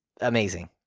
amazing